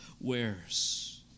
wears